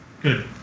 Good